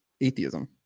atheism